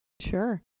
sure